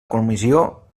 comissió